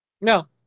no